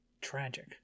tragic